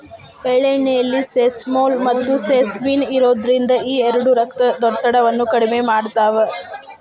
ಎಳ್ಳೆಣ್ಣೆಯಲ್ಲಿ ಸೆಸಮೋಲ್, ಮತ್ತುಸೆಸಮಿನ್ ಇರೋದ್ರಿಂದ ಈ ಎರಡು ರಕ್ತದೊತ್ತಡವನ್ನ ಕಡಿಮೆ ಮಾಡ್ತಾವ